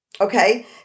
okay